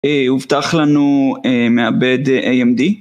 הובטח לנו מעבד AMD